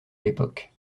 l’époque